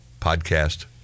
podcast